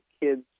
kids